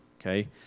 okay